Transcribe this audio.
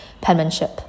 penmanship